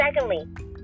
secondly